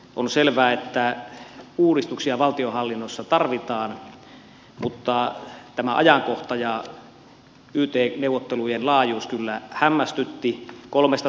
on selvää että uudistuksia valtionhallinnossa tarvitaan mutta tämä ajankohta ja yt neuvotteluiden laajuus kyllä hämmästyttivät